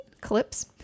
clips